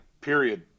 period